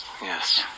yes